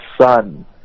son